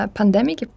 pandemic